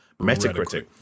Metacritic